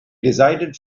decided